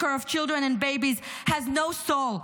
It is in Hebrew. of children and babies has no soul,